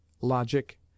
Logic